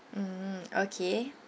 mm okay